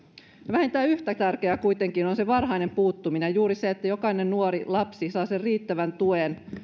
vähintään yhtä tärkeää kuitenkin on varhainen puuttuminen juuri se että jokainen lapsi saa riittävän tuen